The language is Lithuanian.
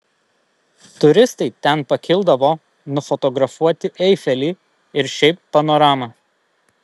turistai ten pakildavo nufotografuoti eifelį ir šiaip panoramą